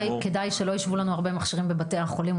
כדאי שלא יישבו לנו הרבה מכשירים בבתי החולים.